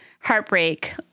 heartbreak